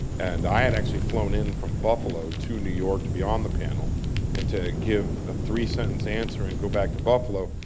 and i had actually flown in from buffalo to new york to be on the panel and to give a three sentence answer and go back to buffalo.